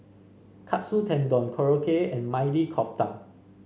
Katsu Tendon Korokke and Maili Kofta